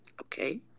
Okay